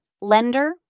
lender